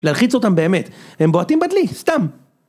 להלחיץ אותם באמת, הם בועטים בדלי, סתם.